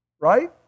right